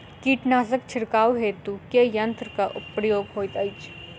कीटनासक छिड़काव हेतु केँ यंत्रक प्रयोग होइत अछि?